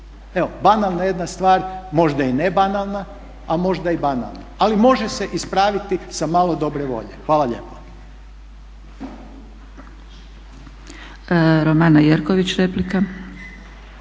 Evo banalna jedna stvar možda i ne banalna, a možda i banalna. Ali može se ispraviti sa malo dobre volje. Hvala lijepo. **Zgrebec, Dragica